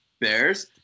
Bears